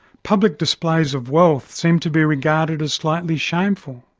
public displays of wealth seemed to be regarded as slightly shameful.